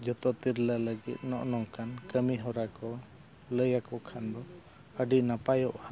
ᱡᱚᱛᱚ ᱛᱤᱨᱞᱟᱹ ᱞᱟᱹᱜᱤᱫ ᱱᱚᱜᱼᱚ ᱱᱚᱝᱠᱟᱱ ᱠᱟᱹᱢᱤᱦᱚᱨᱟ ᱠᱚ ᱞᱟᱹᱭᱟᱠᱚ ᱠᱷᱟᱱ ᱫᱚ ᱟᱹᱰᱤ ᱱᱟᱯᱟᱭᱚᱜᱼᱟ